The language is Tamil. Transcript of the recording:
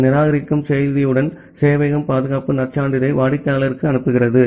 இந்த நிராகரிக்கும் செய்தியுடன் சேவையகம் பாதுகாப்பு நற்சான்றிதழை வாடிக்கையாளருக்கு அனுப்புகிறது